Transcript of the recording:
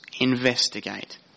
investigate